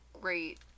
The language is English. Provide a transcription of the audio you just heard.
great